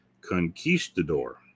conquistador